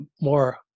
more